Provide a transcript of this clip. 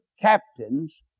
captains